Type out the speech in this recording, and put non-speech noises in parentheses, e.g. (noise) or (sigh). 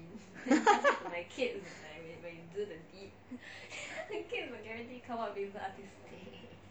(laughs)